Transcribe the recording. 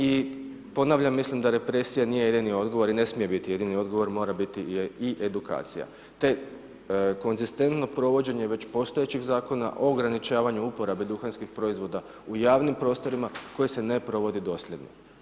I ponavljam mislim da represija nije jedini odgovor i ne smije biti jedini odgovor, mora biti i edukacija te konzistentno provođenje već postojećih zakona o ograničavanju uporabe duhanskih proizvoda u javnim prostorima koji se ne provodi doslovno.